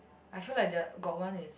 I feel like they are got one is